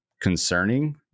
concerning